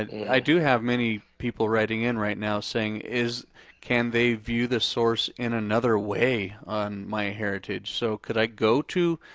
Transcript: and i do have many people writing in right now saying, can they view the source in another way on myheritage? so could i go to,